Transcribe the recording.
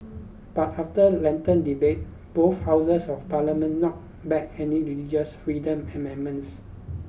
but after lengthy debate both houses of parliament knocked back any religious freedom amendments